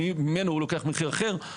ממנו הוא לוקח מחיר אחר.